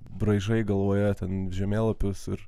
braižai galvoje ten žemėlapius ir